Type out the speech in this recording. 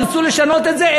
ירצו לשנות את זה,